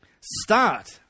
start